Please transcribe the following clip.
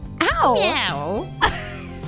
Ow